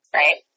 right